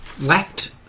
lacked